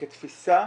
כתפיסה,